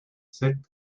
sept